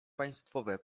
państwowe